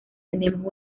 tenemos